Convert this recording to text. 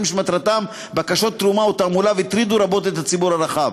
שמטרתם בקשות תרומה או תעמולה והטרידו רבות את הציבור הרחב.